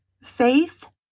faith